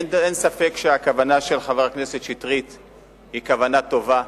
אין ספק שהכוונה של חבר הכנסת שטרית היא כוונה טובה,